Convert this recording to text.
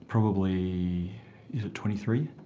probably is it twenty three?